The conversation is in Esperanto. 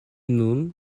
nun